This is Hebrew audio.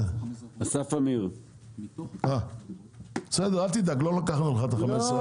בסדר, אל תדאג, לא לקחנו לך את ה-15%.